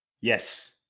yes